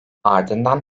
ardından